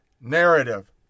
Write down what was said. narrative